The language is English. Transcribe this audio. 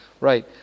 right